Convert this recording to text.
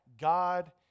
God